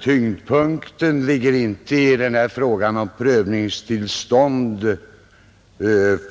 Tyngdpunkten ligger inte i frågan om prövningstillstånd